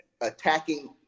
attacking